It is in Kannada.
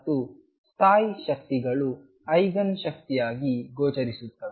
ಮತ್ತು ಸ್ಥಾಯಿ ಶಕ್ತಿಗಳು ಐಗನ್ ಶಕ್ತಿಯಾಗಿ ಗೋಚರಿಸುತ್ತವೆ